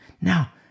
Now